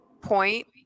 point